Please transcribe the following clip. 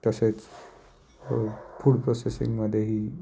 तसेच फूड प्रोसेसिंगमध्येही